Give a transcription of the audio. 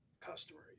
customer